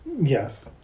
Yes